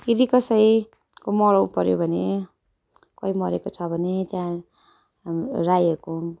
यदि कसैको मरौ पऱ्यो भने कोही मरेको छ भने त्यहाँ हाम्रो राईहरूको